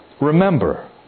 Remember